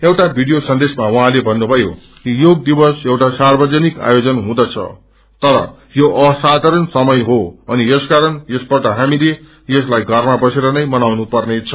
एउटा भिडियो सन्देशमा उहाँले भन्नुभयो कि योग दिवस एउआ सार्वजनिक आयोजन हुँदछ तर यो साधारण समय हो अनि यसकारण यसपल्ट हामीले यसलाइषरमा बसेरनै मनाउनु पर्नेछ